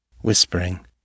whispering